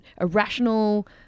irrational